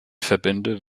verbände